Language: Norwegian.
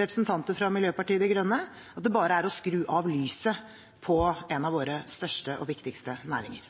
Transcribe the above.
representanter fra Miljøpartiet De Grønne, at det bare er å skru av lyset på en av våre største og viktigste næringer.